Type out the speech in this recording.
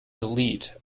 elite